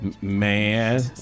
Man